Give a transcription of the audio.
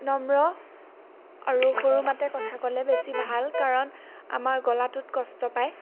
নম্ৰ আৰু সৰু মাতে কথা ক'লে বেছি ভাল কাৰণ আমাৰ গলাটোত কষ্ট পায়